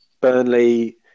Burnley